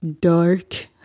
dark